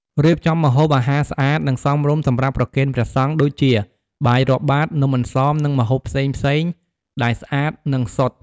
រៀបចំម្ហូបអាហារស្អាត និងសមរម្យសម្រាប់ប្រគេនព្រះសង្ឃ ដូចជា បាយរាប់បាត នំអន្សម និងម្ហូបផ្សេងៗដែលស្អាត និងសុទ្ធ។